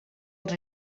els